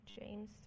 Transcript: James